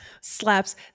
Slaps